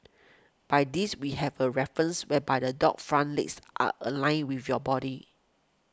by this we have a reference whereby the dog's front legs are aligned with your body